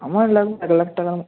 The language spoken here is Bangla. আমার লাগবে এক লাখ টাকা মতো